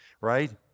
right